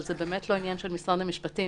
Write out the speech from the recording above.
אבל זה באמת לא עניין של משרד המשפטים,